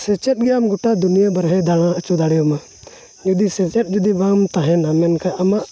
ᱥᱮᱪᱮᱫ ᱜᱮ ᱟᱢ ᱜᱳᱴᱟ ᱫᱩᱱᱤᱭᱟᱹ ᱵᱟᱦᱨᱮ ᱫᱟᱬᱟ ᱦᱚᱪᱚ ᱫᱟᱲᱮᱭᱟᱢᱟ ᱡᱩᱫᱤ ᱥᱮᱪᱮᱫ ᱡᱩᱫᱤ ᱵᱟᱝ ᱛᱟᱦᱮᱱᱟ ᱢᱮᱱᱠᱷᱟᱡ ᱟᱢᱟᱜ